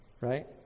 Right